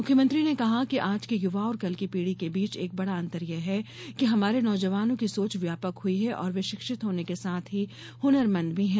मुख्यमंत्री ने कहा कि आज के युवा और कल की पीढ़ी के बीच एक बड़ा अंतर यह है कि हमारे नौजवानों की सोच व्यापक हुई और वे शिक्षित होने के साथ ही हुनरमंद भी हैं